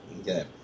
Okay